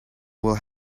will